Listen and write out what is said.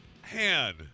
Han